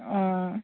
অঁ